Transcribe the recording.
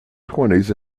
twenties